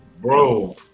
bro